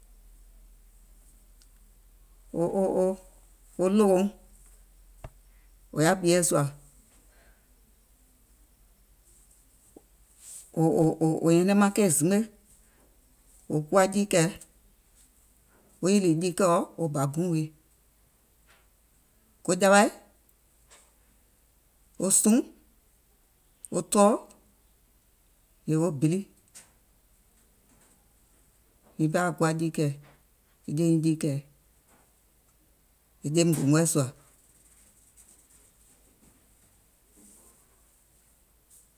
O o o, wo ɗòwouŋ wò yaà ɓieɛ̀ sùà, ò ò ò wò nyɛnɛŋ maŋ keì zimgbe, wò kuwa jiikɛ̀ɛ, wo yìlì jiikɛ̀ɛɔ̀, wo bà guùŋ wii. Ko jawaì, wo suùŋ, wo tɔɔ yèè wo bili, nyiŋ pɛɛ kuwa jiikɛ̀ɛ, e je nyiŋ jiikɛ̀ɛ, e jeim gòngoɛ̀ sùà.